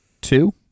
two